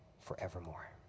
forevermore